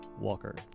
Walker